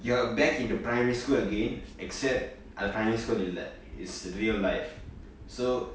you are back into primary school again except அது:athu primary school இல்ல:illa it's real life so